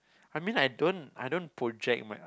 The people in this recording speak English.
I mean like I don't I don't project my